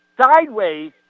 sideways